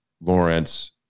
Lawrence